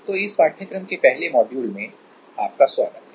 तो इस पाठ्यक्रम के पहले मॉड्यूल में आपका स्वागत है